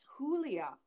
Julia